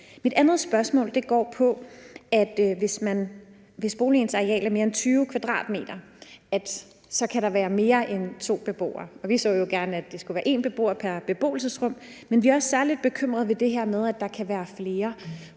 Mit andet spørgsmål går på, at hvis boligens areal er mere end 20 m², kan der være mere end to beboere, og vi så jo gerne, at det skulle være én beboer pr. beboelsesrum. Men vi er også særlig bekymrede for det her med, at der kan være flere,